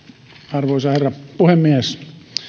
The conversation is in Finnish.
arvoisa herra puhemies